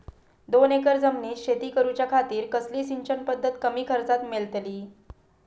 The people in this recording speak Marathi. दोन एकर जमिनीत शेती करूच्या खातीर कसली सिंचन पध्दत कमी खर्चात मेलतली?